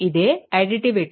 ఇదే additivity property